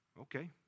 Okay